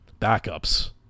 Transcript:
backups